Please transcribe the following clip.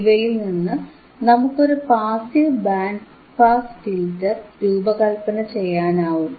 ഇവയിൽനിന്ന് നമുക്കൊരു passive band pass filter രൂപകല്പനചെയ്യാനാവും